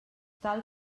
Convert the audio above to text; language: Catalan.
tal